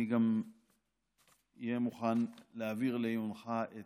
אני גם אהיה מוכן להעביר לעיונך את